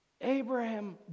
Abraham